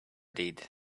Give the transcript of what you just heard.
did